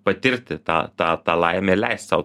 patirti tą tą tą laimę leist sau